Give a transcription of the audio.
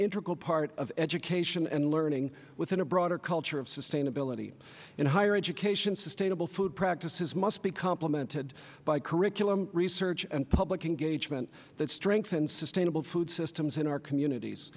integral part of education and learning within a broader culture of sustainability in higher education sustainable food practices must be complemented by curriculum research and public engagement that strengthens sustainable food systems in our communities